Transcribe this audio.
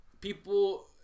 people